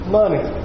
money